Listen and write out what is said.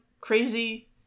crazy